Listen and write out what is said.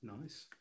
Nice